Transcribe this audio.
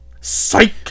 Psych